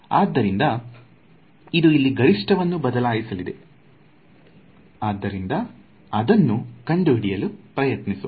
ಆದ್ದರಿಂದ ಇದು ಇಲ್ಲಿ ಗರಿಷ್ಠವನ್ನು ಬದಲಾಯಿಸಲಿದೆ ಆದ್ದರಿಂದ ನಾವು ಅದನ್ನು ಕಂಡುಹಿಡಿಯಲು ಪ್ರಯತ್ನಿಸೋಣ